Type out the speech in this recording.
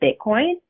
Bitcoin